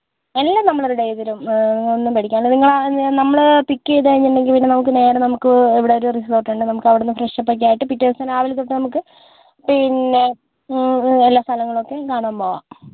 എല്ലാം നമ്മൾ റെഡിയാക്കിത്തരും നിങ്ങൾ ഒന്നും പേടിക്കണ്ട നമ്മൾ പിക്ക് ചെയ്തു കഴിഞ്ഞിട്ടുണ്ടെങ്കിൽ പിന്നെ നമുക്ക് നേരേ നമുക്ക് ഇവിടെ ഒരു റിസോർട്ടുണ്ട് നമുക്ക് അവിടുന്ന് ഫ്രഷ് അപ്പ് ഒക്കെ ആയിട്ട് പിറ്റേ ദിവസം രാവിലേ തൊട്ട് നമുക്ക് പിന്നെ എല്ലാ സ്ഥലങ്ങളൊക്കേ കാണാൻ പോവാം